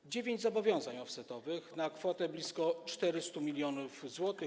To dziewięć zobowiązań offsetowych na kwotę blisko 400 mln zł.